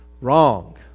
Wrong